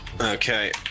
Okay